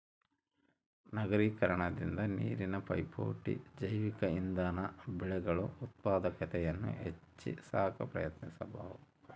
ನಗರೀಕರಣದಿಂದ ನೀರಿನ ಪೈಪೋಟಿ ಜೈವಿಕ ಇಂಧನ ಬೆಳೆಗಳು ಉತ್ಪಾದಕತೆಯನ್ನು ಹೆಚ್ಚಿ ಸಾಕ ಪ್ರಯತ್ನಿಸಬಕು